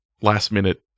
last-minute